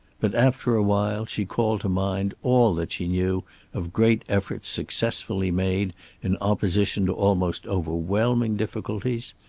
but after a while she called to mind all that she knew of great efforts successfully made in opposition to almost overwhelming difficulties.